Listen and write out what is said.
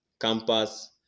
campus